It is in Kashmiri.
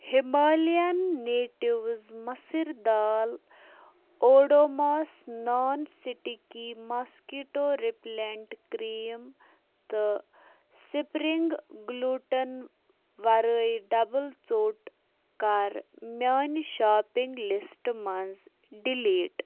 ہِمالین نِٹیٛوٗز مُسٕرۍ دال Odomos non sticky mosquito repellent cream تہٕ سپرٛنٛگ گلوٗٹٕن ورٲے ڈبل ژوٚٹ کَر میٛانہِ شاپنٛگ لِسٹہٕ منٛز ڈِلیٖٹ